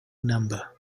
number